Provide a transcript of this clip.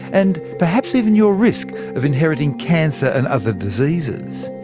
and perhaps even your risk of inheriting cancer and other diseases.